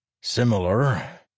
Similar